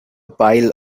pile